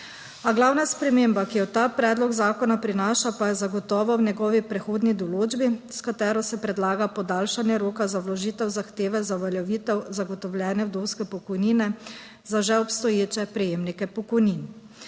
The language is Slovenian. A glavna sprememba, ki jo ta predlog zakona prinaša, pa je zagotovo v njegovi prehodni določbi, s katero se predlaga podaljšanje roka za vložitev zahteve za uveljavitev zagotovljene vdovske pokojnine za že obstoječe prejemnike pokojnin.